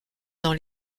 dans